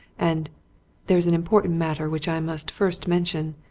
and there's an important matter which i must first mention.